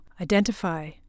identify